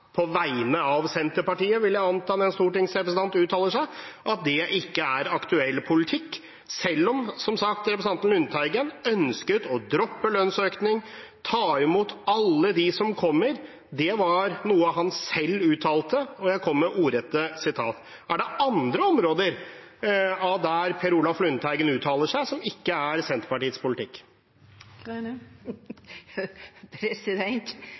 på vegne av Senterpartiet, vil jeg anta, når en stortingsrepresentant uttaler seg – ikke er aktuell politikk, selv om representanten Lundteigen som sagt ønsket å droppe lønnsøkning og ta imot alle dem som kommer. Det var noe han selv uttalte, og jeg kom med ordrette sitater. Er det andre områder av det Per Olaf Lundteigen uttaler seg om, som ikke er Senterpartiets politikk?